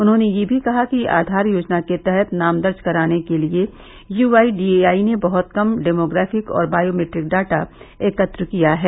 उन्होंने यह भी कहा कि आधार योजना के तहत नाम दर्ज कराने के लिए U I D A I ने बहुत कम डेमोग्राफिक और बायोमीट्रिक डाटा एकत्र किया है